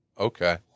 Okay